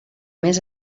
més